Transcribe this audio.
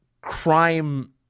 crime